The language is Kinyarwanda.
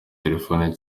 telefone